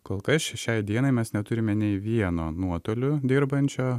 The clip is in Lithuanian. kol kas šiai dienai mes neturime nei vieno nuotoliu dirbančio